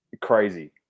crazy